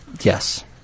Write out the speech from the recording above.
Yes